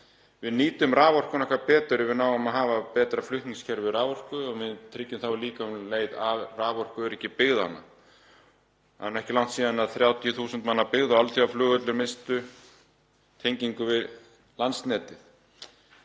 Við nýtum raforkuna betur ef við náum að hafa betra flutningskerfi raforku og við tryggjum þá líka um leið raforkuöryggi byggðanna. Það er ekki langt síðan 30.000 manna byggð og alþjóðaflugvöllur misstu tengingu við landsnetið.